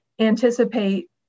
anticipate